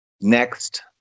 next